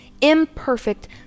Imperfect